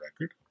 record